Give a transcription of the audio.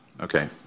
Okay